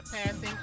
passing